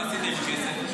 מה עשית עם הכסף?